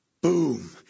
boom